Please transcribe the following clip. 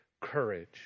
courage